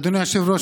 אדוני היושב-ראש,